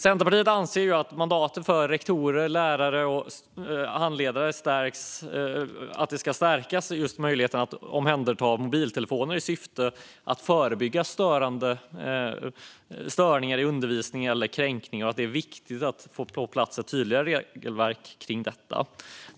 Centerpartiet anser att mandatet för rektor, lärare och handledare ska stärkas vad gäller möjligheten att omhänderta mobiltelefoner i syfte att förebygga störningar i undervisningen eller kränkningar. Det är viktigt att få ett tydligare regelverk på plats.